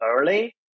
early